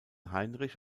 heinrich